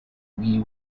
wee